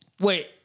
Wait